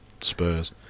Spurs